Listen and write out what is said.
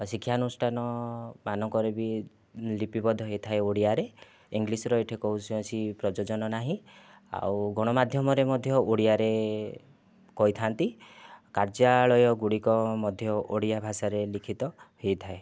ଆଉ ଶିକ୍ଷାନୁଷ୍ଠାନମାନଙ୍କରେ ବି ଲିପିବଦ୍ଧ ହୋଇଥାଏ ଓଡ଼ିଆରେ ଇଂଲିଶର ଏଇଠି କୌଣସି ପ୍ରଯୋଜନ ନାହିଁ ଆଉ ଗଣମାଧ୍ୟମରେ ମଧ୍ୟ ଓଡ଼ିଆରେ କହିଥାନ୍ତି କାର୍ଯ୍ୟାଳୟଗୁଡ଼ିକ ମଧ୍ୟ ଓଡ଼ିଆ ଭାଷାରେ ଲିଖିତ ହୋଇଥାଏ